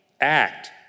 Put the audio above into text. act